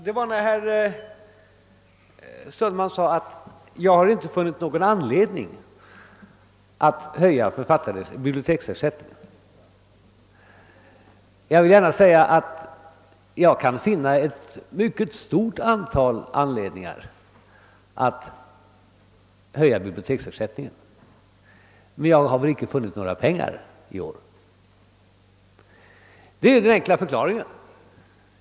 Herr Sundman sade att jag inte hade funnit anledning att höja författarnas biblioteksersättning. Då vill jag säga att jag kan finna ett mycket stort antal anledningar till att höja biblioteksersättningen — men jag har inte haft pengar för det i år. Det är den enkla förklaringen.